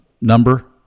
number